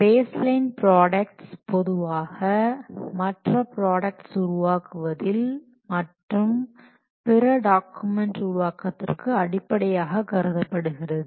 base line products பொதுவாக மற்ற products உருவாக்குவதில் அல்லது பிற டாக்குமெண்ட்கள் உருவாக்கத்திற்கு அடிப்படையாகக் கருதப்படுகிறது